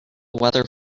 weather